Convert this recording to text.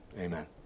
Amen